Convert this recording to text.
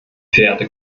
verehrte